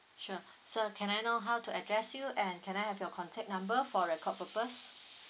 sure sir can I know how to address you and can I have your contact number for record purpose